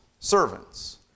Servants